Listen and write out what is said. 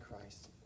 christ